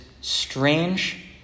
strange